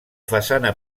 façana